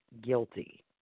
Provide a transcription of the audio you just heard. guilty